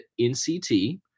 NCT